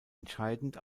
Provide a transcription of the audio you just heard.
entscheidend